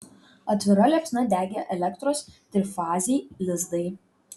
atvira liepsna degė elektros trifaziai lizdai